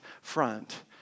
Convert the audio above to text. front